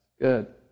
Good